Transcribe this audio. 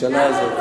לממשלה הזאת,